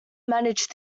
managed